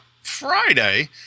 friday